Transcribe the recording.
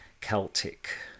celtic